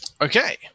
Okay